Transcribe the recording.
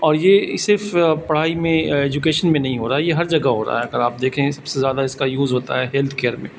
اور یہ صرف پڑھائی میں ایجوکیشن میں نہیں ہو رہا ہے یہ ہر جگہ ہو رہا ہے اگر آپ دیکھیں سب سے زیادہ اس کا یوز ہوتا ہے ہیلتھ کیئر میں